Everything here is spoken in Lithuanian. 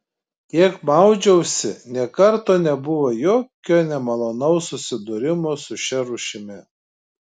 kiek maudžiausi nė karto nebuvo jokio nemalonaus susidūrimo su šia rūšimi